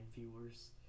viewers